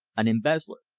an embezzler.